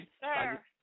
sir